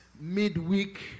midweek